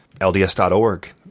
LDS.org